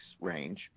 range